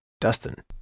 Dustin